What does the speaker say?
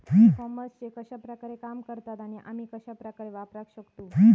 E commerce कश्या प्रकारे काम करता आणि आमी कश्या प्रकारे वापराक शकतू?